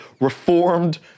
Reformed